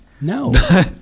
No